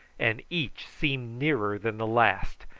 and each seemed nearer than the last,